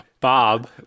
Bob